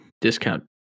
discount